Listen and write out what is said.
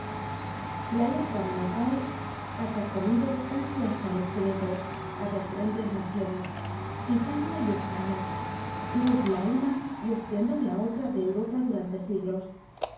la lepra mo nacal ha carcomido casi hasta el esqueleto á dos grandes naciones italia y españa luz la una y esplendor la otra de europa durante siglos